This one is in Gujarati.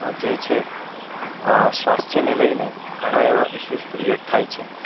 આ જે છે સ્વાસ્થ્યને લઇ ને ઘણાં એવાં ઇશુસ ક્રિએટ થાય છે